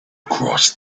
cross